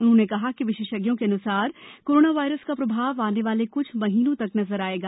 उन्होंने कहा कि विशेषज्ञों के अनुसार कोरोना वायरस का प्रभाव आने वाले कुछ महीनों तक नजर आएगा